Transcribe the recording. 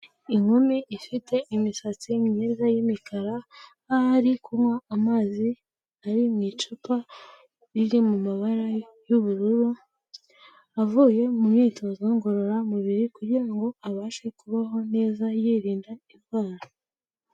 Inkumi ifite imisatsi myiza y'imikara aho ari kunywa amazi ari mu icupa riri mu mabara y'ubururu avuye mu myitozo ngororamubiri kugira ngo abashe kubaho neza yirinda indwara.